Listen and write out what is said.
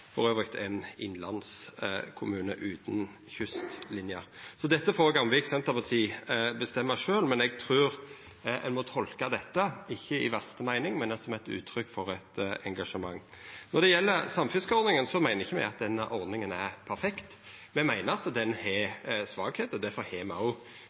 ein innlandskommune utan kystlinje. Dette får Gamvik senterparti bestemma sjølv, men eg trur ikkje ein må tolka dette i verste meining, men som eit uttrykk for eit engasjement. Når det gjeld samfiskeordninga, meiner ikkje me at ordninga er perfekt, me meiner at ho har svakheiter. Difor har me